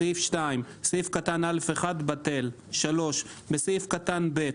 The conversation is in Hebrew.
סעיף קטן (א1) בטל, בסעיף קטן (ב)